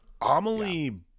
Amelie